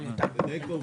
תדייק בעובדות.